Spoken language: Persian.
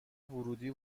ورودی